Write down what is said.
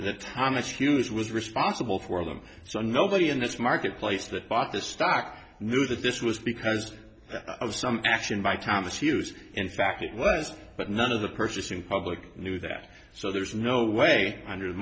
that thomas hughes was responsible for them so nobody in this marketplace that bought the stock knew that this was because of some action by thomas hughes in fact it was but none of the purchasing public knew that so there's no way und